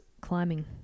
climbing